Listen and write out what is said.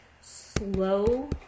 slow